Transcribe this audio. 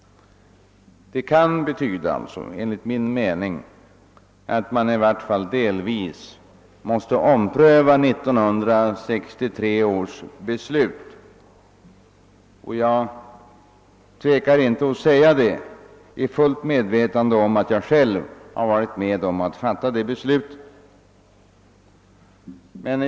Det kan enligt min mening komma att betyda att man måste ompröva 1963 års beslut. Jag tvekar inte att säga det trots alt jag är fullt medveten om att jag själv varit med om att fatta beslutet.